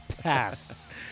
Pass